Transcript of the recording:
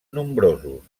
nombrosos